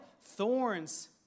Thorns